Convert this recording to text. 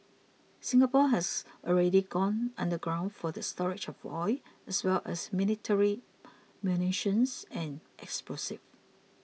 Singapore has already gone underground for the storage of oil as well as military munitions and explosives